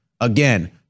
Again